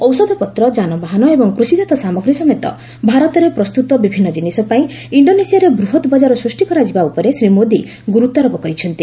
ଔଷଧପତ୍ର ଯାନବାହନ ଏବଂ କୃଷିଜାତ ସାମଗ୍ରୀ ସମେତ ଭାରତରେ ପ୍ରସ୍ତୁତ ବିଭିନ୍ନ କିନିଷ ପାଇଁ ଇଣ୍ଡୋନେସିଆରେ ବୃହତ ବଜାର ସୃଷ୍ଟି କରାଯିବା ଉପରେ ଶ୍ରୀ ମୋଦୀ ଗୁରୁତ୍ୱାରୋପ କରିଛନ୍ତି